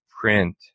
print